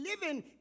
living